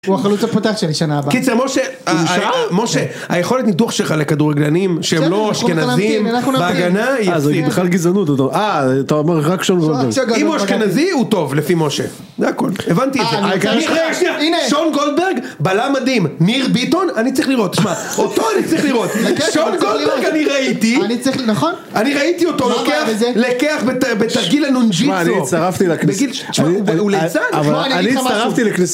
הוא החלוץ הפותח שלי שנה הבאה. -קיצר משה, -הוא נישאר? -משה, היכולת ניתוח שלך לכדורגלנים שהם לא אשכנזים, בהגנה היא... אה, זאת בכלל גזענות, אתה אומר... -אה, אתה אומר רק שון גולדברג. -אם הוא אשכנזי, הוא טוב, לפי משה. זה הכול. הבנתי את זה. אה, אני... אני, רק שנייה, שון גולדברג? בלם מדהים. ניר ביטון? אני צריך לראות, תשמע, אותו אני צריך לראות. שון גולדברג אני ראיתי. -אני צריך, נכון? אני ראיתי אותו, לוקח בתרגיל הנונג'יטסו. -תשמע, אני הצטרפתי לכנס... בגיל ש... הוא לצד. אבל אני הצטרפתי ל...